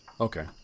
Okay